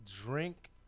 drink